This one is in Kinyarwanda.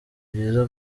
byiza